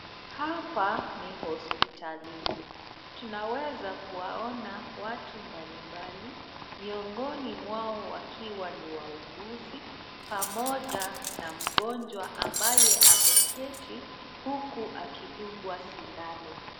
Hapa ni hospitalini. Tunaweza kuwaona watu mbalimbali miongoni mwao wakiwa ni wauguzi, pamoja na mgonjwa ambaye ameketi huku akidungwa sindano.